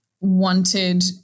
wanted